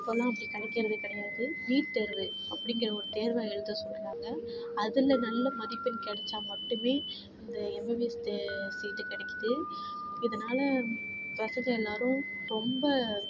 இப்போல்லாம் அப்படி கிடைக்கிறது கிடையாது நீட் தேர்வு அப்படிங்கிற ஒரு தேர்வை எழுத சொல்கிறாங்க அதில் நல்ல மதிப்பெண் கிடச்சா மட்டுமே இந்த எம்பிபிஎஸ் இது சீட்டு கெடைக்கிது இதனால் பசங்க எல்லோரும் ரொம்ப